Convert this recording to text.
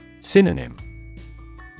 Synonym